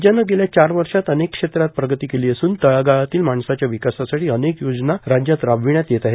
राज्यान गेल्या चार वर्षात अनेक क्षेत्रात प्रगती केली असून तळागाळातील माणसाच्या विकासासाठी अनेक योजना राज्यात राबविण्यात येत आहेत